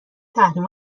تحریم